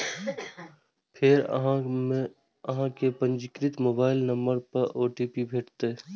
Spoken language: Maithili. फेर अहां कें पंजीकृत मोबाइल नंबर पर ओ.टी.पी भेटत